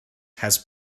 has